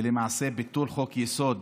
ולמעשה על ביטול חוק-יסוד,